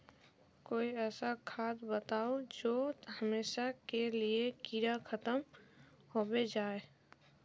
कोई ऐसा खाद बताउ जो हमेशा के लिए कीड़ा खतम होबे जाए?